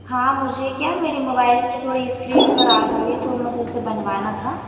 हाँ मुझे क्या मेरे मोबाइल की थोड़ी इस्क्रीन ख़राब हो गई तो मुझे उसे बनवाना था